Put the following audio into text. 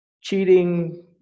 cheating